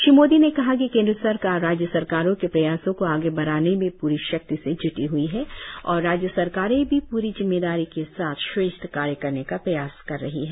श्री मोदी ने कहा कि केन्द्र सरकार राज्य सरकारों के प्रयासों को आगे बढ़ाने में प्री शक्ति से ज्टी हई है और राज्य सरकारें भी पूरी जिम्मेदारी के साथ श्रेष्ठ कार्य करने का प्रयास कर रही है